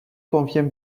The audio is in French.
convient